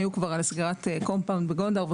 היו כבר על סגירת בגונדר ק..